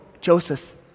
Joseph